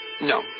no